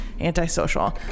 antisocial